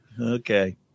Okay